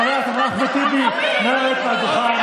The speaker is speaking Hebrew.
חבר הכנסת אחמד טיבי, נא לרדת מהדוכן.